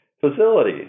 facility